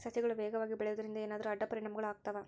ಸಸಿಗಳು ವೇಗವಾಗಿ ಬೆಳೆಯುವದರಿಂದ ಏನಾದರೂ ಅಡ್ಡ ಪರಿಣಾಮಗಳು ಆಗ್ತವಾ?